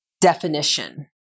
definition